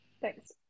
thanks